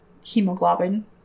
hemoglobin